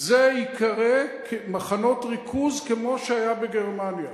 זה ייקרא "מחנות ריכוז" כמו שהיה בגרמניה.